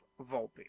Volpe